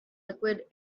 liquid